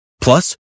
Plus